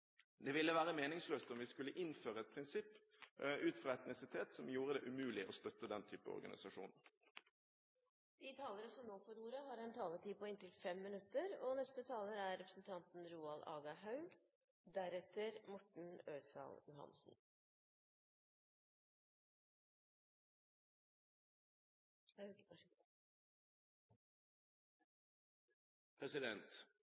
Det ville være meningsløst om vi skulle innføre et prinsipp ut fra etnisitet som gjorde det umulig å støtte den type organisasjon. Ei hovudlinje for Arbeidarpartiet er å sikra at samfunnet gir tryggleik, ansvar, rettar og utviklingsmoglegheiter for alle. Det er